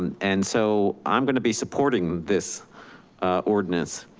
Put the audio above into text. and and so i'm gonna be supporting this ordinance.